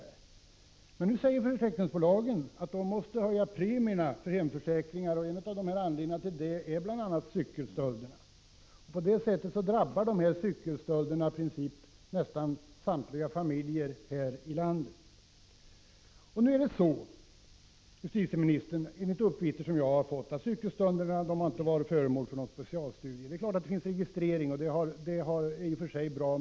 Nu säger man i försäkringsbolagen att man måste höja premierna för hemförsäkringar. En av anledningarna är just cykelstölderna. På det sättet drabbar dessa stölder i princip nästan samtliga familjer i landet. Enligt de uppgifter som jag har fått, justitieministern, har cykelstölderna inte varit föremål för någon specialstudie. Det finns en registrering, och det är i och för sig bra.